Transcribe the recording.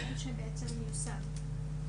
שלום,